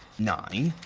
nine,